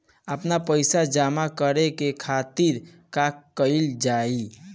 आपन पइसा जमा करे के खातिर का कइल जाइ?